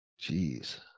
Jeez